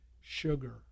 sugar